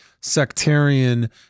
Sectarian